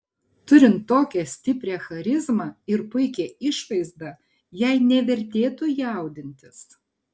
turint tokią stiprią charizmą ir puikią išvaizdą jai nevertėtų jaudintis